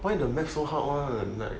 why the math so hard [one] like